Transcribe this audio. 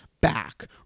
back